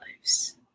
lives